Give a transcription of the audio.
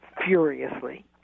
Furiously